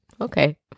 Okay